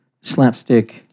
slapstick